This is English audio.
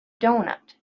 doughnut